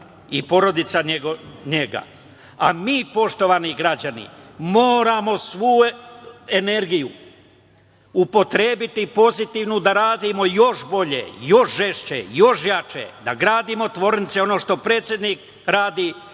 napadana nego njegova. Poštovani građani, mi moramo svu energiju upotrebiti pozitivnu da radimo još bolje, još žešće, još jače, da gradimo tvornice i ono što predsednik radi